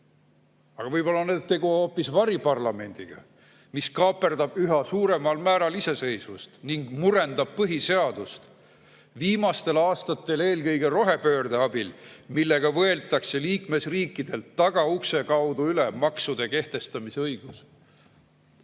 Aga võib‑olla on tegu hoopis variparlamendiga, mis kaaperdab üha suuremal määral iseseisvust ning murendab põhiseadust viimastel aastatel eelkõige rohepöörde abil, millega võetakse liikmesriikidelt tagaukse kaudu üle maksude kehtestamise õigus.